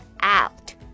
out